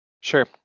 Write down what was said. Sure